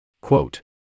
Quote